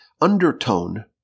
undertone